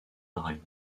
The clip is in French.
drive